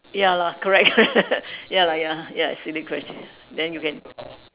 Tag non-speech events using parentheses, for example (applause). ya lah correct (laughs) ya lah ya ya silly question then you can